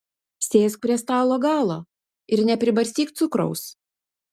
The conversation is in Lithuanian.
sėsk prie stalo galo ir nepribarstyk cukraus